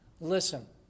Listen